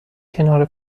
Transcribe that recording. کنار